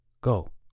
go